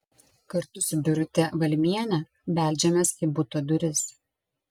kartu su birute valmiene beldžiamės į buto duris